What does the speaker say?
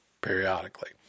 periodically